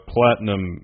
Platinum